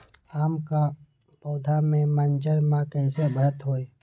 आम क पौधा म मजर म कैसे बढ़त होई?